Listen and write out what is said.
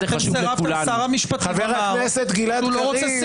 אני חושב שעמוק בלב אתה בעד מערכת משפט חזקה ועצמאית -- לא עמוק,